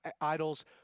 idols